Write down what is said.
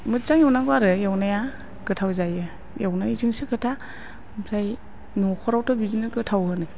मोजां एवनांगौ आरो एवनाया गोथाव जायो एवनायजोंसो खोथा ओमफ्राय न'खरावथ' बिदिनो गोथाव